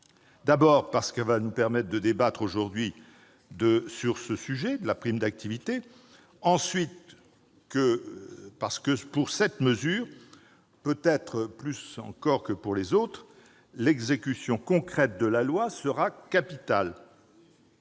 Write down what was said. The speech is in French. D'abord, parce qu'elle nous permet de débattre aujourd'hui dans cet hémicycle de la prime d'activité. Ensuite, parce que, pour cette mesure, plus encore peut-être que pour les autres, l'application concrète de la loi sera capitale.